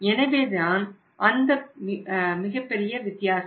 எனவேதான் அந்த மிகப்பெரிய வித்தியாசம்